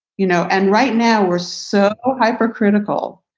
you know and right now, we're so hypercritical.